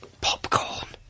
Popcorn